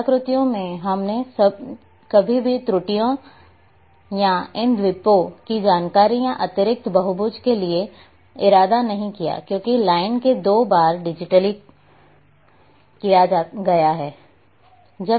कलाकृतियों में हमने कभी भी त्रुटियों या इन द्वीपों की जानकारी या अतिरिक्त बहुभुज के लिए इरादा नहीं किया क्योंकि लाइन को दो बार डिजीटल किया गया है